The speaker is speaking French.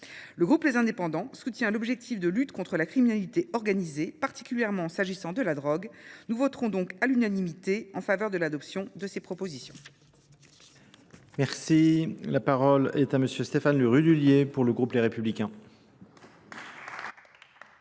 Le groupe Les Indépendants soutient l'objectif de lutte contre la criminalité organisée, particulièrement en s'agissant de la drogue. Nous voterons donc à l'unanimité en faveur de l'adoption de ces propositions. Monsieur le Président, Monsieur le garde des Sceaux,